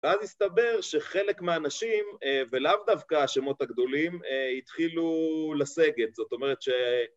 אז הסתבר שחלק מהאנשים, ולאו דווקא השמות הגדולים, התחילו לסגת, זאת אומרת ש...